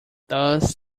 thus